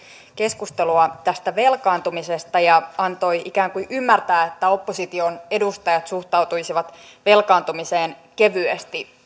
keskustelua tästä velkaantumisesta ja antoi ikään kuin ymmärtää että opposition edustajat suhtautuisivat velkaantumiseen kevyesti